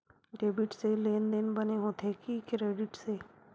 Debit से लेनदेन बने होथे कि क्रेडिट से?